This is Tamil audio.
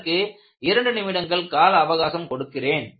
இதற்கு 2 நிமிடங்கள் கால அவகாசம் கொடுக்கிறேன்